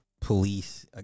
police